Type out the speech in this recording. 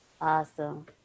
Awesome